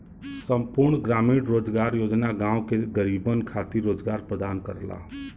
संपूर्ण ग्रामीण रोजगार योजना गांव के गरीबन खातिर रोजगार प्रदान करला